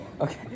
Okay